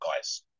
guys